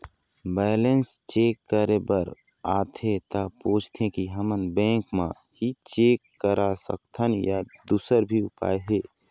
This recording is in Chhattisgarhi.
बैलेंस चेक करे बर आथे ता पूछथें की हमन बैंक मा ही चेक करा सकथन या दुसर भी उपाय हे?